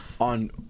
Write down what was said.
on